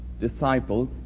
disciples